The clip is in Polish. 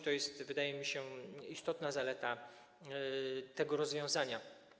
To jest, wydaje mi się, istotna zaleta tego rozwiązania.